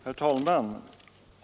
Herr talman!